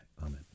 Amen